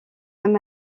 même